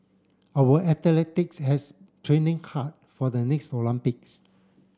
our athletes has training hard for the next Olympics